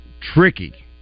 tricky